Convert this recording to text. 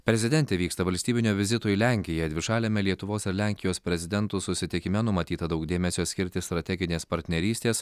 prezidentė vyksta valstybinio vizito į lenkiją dvišaliame lietuvos ir lenkijos prezidentų susitikime numatyta daug dėmesio skirti strateginės partnerystės